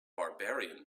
barbarian